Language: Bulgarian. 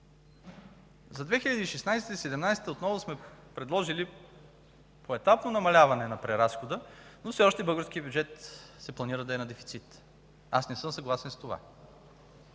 За 2016-а и 2017 г. отново сме предложили поетапно намаляване на преразхода, но все още се планира българският бюджет да е на дефицит. Аз не съм съгласен с това.